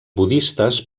budistes